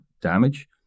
damage